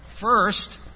First